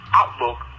outlook